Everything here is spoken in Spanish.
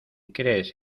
crees